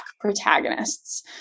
protagonists